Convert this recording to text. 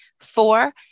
four